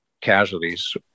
casualties